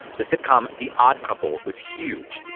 the sitcom the odd couple was huge,